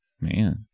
Man